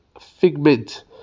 figment